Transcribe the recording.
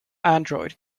android